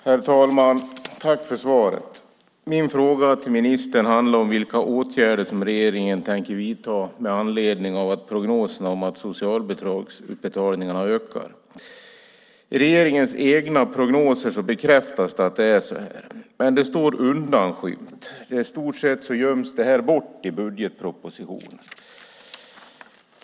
Herr talman! Jag tackar ministern för svaret. Min fråga till ministern handlar om vilka åtgärder regeringen tänker vidta med anledning av prognosen att socialbidragsutbetalningarna kommer att öka. I regeringens egna prognoser bekräftas att det är så här. Men det står undanskymt. I stort sett göms det här bort i budgetpropositionen.